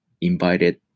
invited